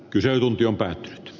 kysely jonka